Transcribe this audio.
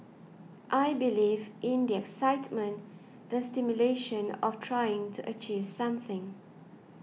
I believe in the excitement the stimulation of trying to achieve something